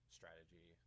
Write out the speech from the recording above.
strategy